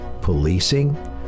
policing